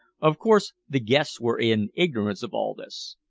of course, the guests were in ignorance of all this.